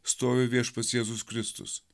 stovi viešpats jėzus kristus